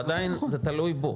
עדיין זה תלוי בו.